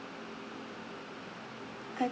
I